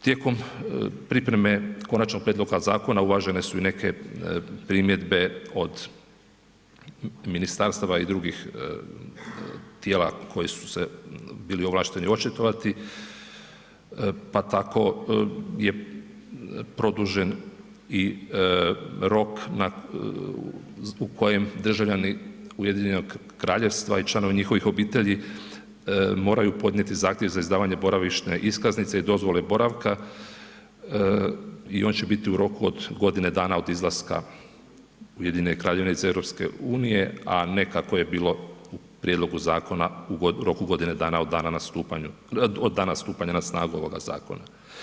Tijekom pripreme konačnog prijedloga zakona uvažene su i neke primjedbe od ministarstava i drugih tijela koje su se bili ovlašteni očitovati, pa tako je produžen i rok u kojem državljani Ujedinjenog Kraljevstva i članovi njihovih obitelji moraju podnijeti zahtjev za izdavanje boravišne iskaznice i dozvole boravka i on će biti u roku od godine dana od izlaska Ujedinjene Kraljevine iz EU, a ne kako je bilo u prijedlogu zakona u roku godine dana od dana na stupanju, od dana stupanja na snagu ovoga zakona.